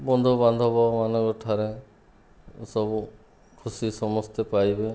ବନ୍ଧୁବାନ୍ଧବ ମାନଙ୍କ ଠାରେ ସବୁ ଖୁସି ସମସ୍ତେ ପାଇବେ